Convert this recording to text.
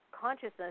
consciousness